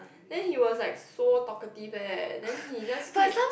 then he was like so talkative eh then he just keep